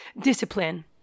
discipline